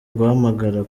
guhamagara